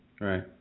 Right